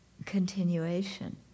Continuation